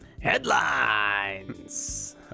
Headlines